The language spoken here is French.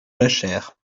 jachère